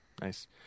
Nice